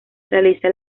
realiza